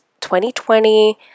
2020